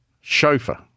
chauffeur